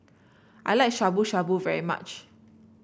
I like Shabu Shabu very much